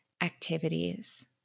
activities